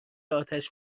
آتش